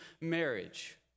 marriage